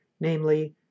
namely